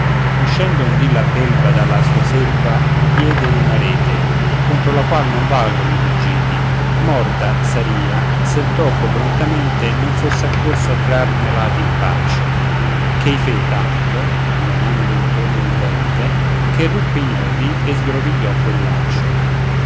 uscendo un dì la belva dalla sua selva diede in una rete contro la qual non valgono i ruggiti morta sarìa se il topo prontamente non fosse accorso a trarnela d'impaccio ch'ei fe tanto menando intorno il dente che ruppe i nodi e sgrovigliò quel laccio